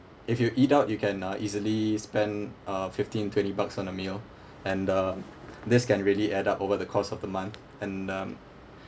if you eat out you can uh easily spend uh fifteen twenty bucks on a meal and uh this can really add up over the course of the month and um